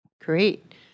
Great